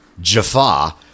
Jaffa